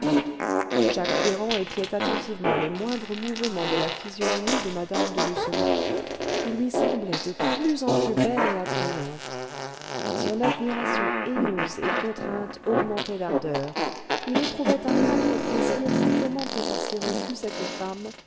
jacques ferrand épiait attentivement les moindres mouvements de la physionomie de mme de lucenay qui lui semblait de plus en plus belle et attrayante son admiration haineuse et contrainte augmentait d'ardeur il éprouvait un âcre plaisir à tourmenter par ses refus cette femme